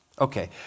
Okay